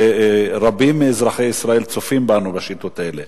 ורבים מאזרחי ישראל צופים בנו בשאילתות האלה,